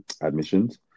admissions